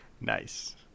Nice